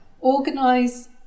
organise